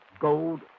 gold